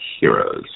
Heroes